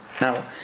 Now